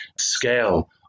scale